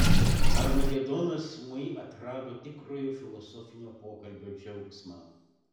armagedonas ūmai atrado tikrojo filosofinio pokalbio džiaugsmą